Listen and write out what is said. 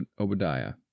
Obadiah